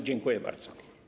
Dziękuję bardzo.